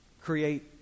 create